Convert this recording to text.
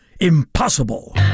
Impossible